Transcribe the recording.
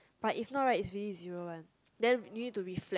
but if not right is really zero one then you need to be reflect